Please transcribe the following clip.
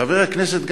חבר הכנסת גפני,